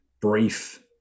brief